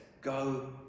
Go